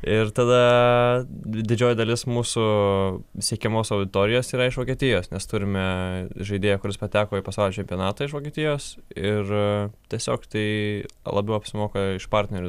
ir tada didžioji dalis mūsų pasiekiamos auditorijos yra iš vokietijos nes turime žaidėją kuris pateko į pasaulio čempionatą iš vokietijos ir tiesiog tai labiau apsimoka iš partnerių